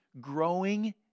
growing